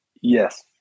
Yes